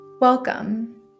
Welcome